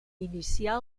iniciar